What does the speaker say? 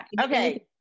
okay